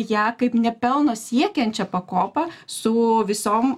ją kaip ne pelno siekiančią pakopą su visom